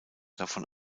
davon